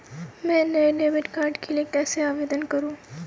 मैं नए debit card के लिए कैसे आवेदन करूं?